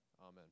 Amen